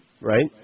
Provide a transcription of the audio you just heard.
Right